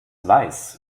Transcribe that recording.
weiß